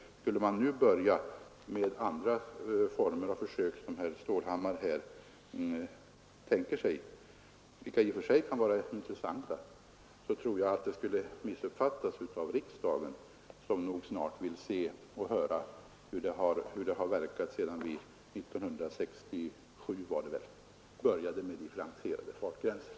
Skulle vi nu börja med andra former av försök, som herr Stålhammar här tänker sig — vilka i och för sig kan vara intressanta — tror jag att det skulle missuppfattas av riksdagen, som nog snart vill höra hur det har verkat sedan vi 1967 började med differentierade fartgränser.